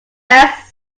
best